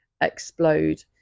explode